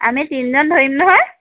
আমি তিনিজন ধৰিম নহয়